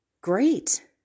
great